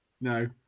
No